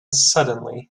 suddenly